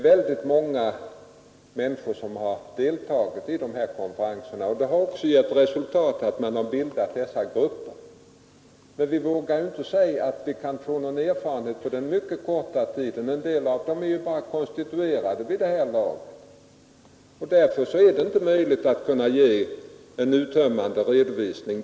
Ett stort antal människor har deltagit i dessa konferenser, som också har lett till bildandet av många nya grupper. Men vi vågar inte säga att vi har fått någon större erfarenhet under den mycket korta tid som dessa varit i arbete — en del av dem är bara konstituerade vid det här laget — och därför är det inte möjligt att ge en uttömmande redovisning.